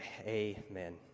amen